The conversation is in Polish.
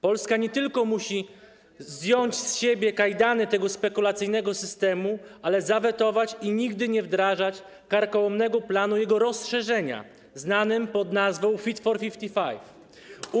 Polska nie tylko musi zdjąć z siebie kajdany tego spekulacyjnego systemu, ale zawetować, nigdy nie wdrażać karkołomnego planu jego rozszerzenia znanego pod nazwą: Fit fot 55.